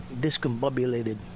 Discombobulated